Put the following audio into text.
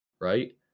right